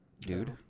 dude